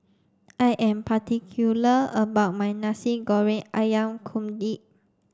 I am particular about my Nasi Goreng Ayam Kunyit